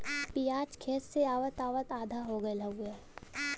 पियाज खेत से आवत आवत आधा हो गयल हउवे